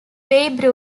babe